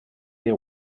les